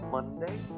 Monday